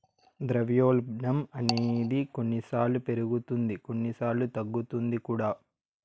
ద్రవ్యోల్బణం అనేది కొన్నిసార్లు పెరుగుతుంది కొన్నిసార్లు తగ్గుతుంది కూడా